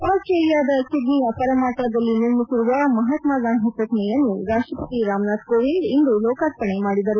ಆಸ್ವೇಲಿಯಾದ ಸಿಡ್ಡಿಯ ಪರಮಾಣನಲ್ಲಿ ನಿರ್ಮಿಸಿರುವ ಮಹಾತ್ಮ ಗಾಂಧಿ ಪ್ರತಿಮೆಯನ್ನು ರಾಷ್ಟ್ರಪತಿ ರಾಮನಾಥ್ ಕೋವಿಂದ್ ಇಂದು ಲೋಕಾರ್ಪಣೆ ಮಾಡಿದರು